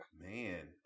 Man